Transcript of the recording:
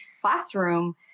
classroom